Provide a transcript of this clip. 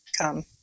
come